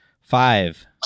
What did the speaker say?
Five